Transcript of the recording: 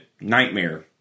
Nightmare